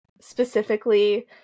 specifically